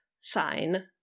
sign